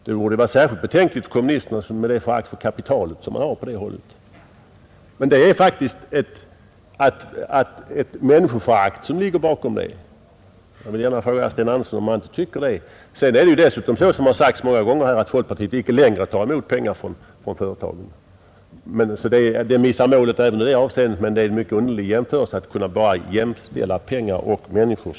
Det borde vara särskilt betänkligt för kommunisterna med det förakt för kapitalet som man har på det hållet. Det är faktiskt ett människoförakt som ligger bakom detta. Jag vill gärna fråga herr Sten Andersson om han inte tycker det. Dessutom förhåller det sig ju så, som det ofta har sagts, att folkpartiet inte längre tar emot pengar från företagen — argumentet missar alltså målet även i det avseendet. Men det är framför allt mycket underligt att man på detta sätt jämställer pengar och människor.